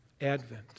Advent